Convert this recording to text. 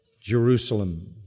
Jerusalem